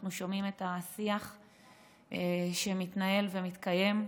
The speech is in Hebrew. אנחנו שומעים את השיח שמתנהל ומתקיים.